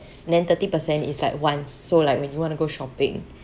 then thirty percent is like wants so like when you want to go shopping